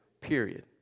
period